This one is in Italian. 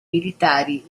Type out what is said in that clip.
militari